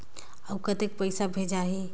अउ कतेक पइसा भेजाही?